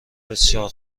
بسیار